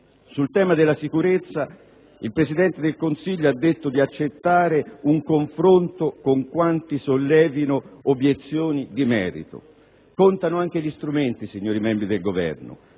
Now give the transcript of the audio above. Sul tema della sicurezza, il Presidente del Consiglio ha detto di accettare un confronto con quanti sollevino obiezioni di merito. Contano anche gli strumenti, signori membri del Governo: